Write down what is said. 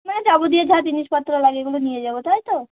না যাবতীয় যা জিনিসপত্র লাগে এগুলো নিয়ে যাবো তাই তো